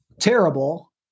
terrible